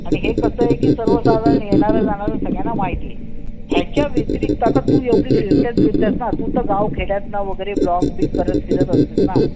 आणि हे कसं आहे की सर्वसाधारण येणाऱ्या जाणाऱ्या सगळ्यांना माहिती आहे ह्याच्या व्यतिरिक्त आता तू एवढी फिरतेस बीरतेस ना तू तर गावखेड्यातून वगैरे ब्लॉग बिग करत फिरत असतेस ना